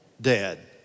Dead